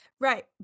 right